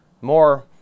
More